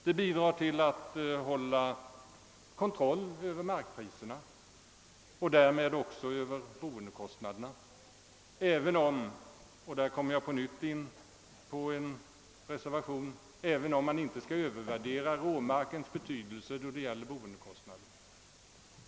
Det bidrar till att hålla kontroll över markpriserna och därmed också över boendekostnaderna, även om — där kommer jag på nytt in på en reservation — man inte skall övervärdera råmarkens betydelse då det gäller boendekostnaderna.